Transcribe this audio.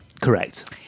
correct